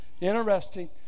Interesting